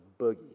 boogie